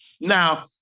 Now